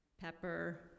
pepper